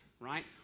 right